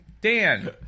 Dan